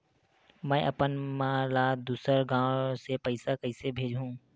में अपन मा ला दुसर गांव से पईसा कइसे भेजहु?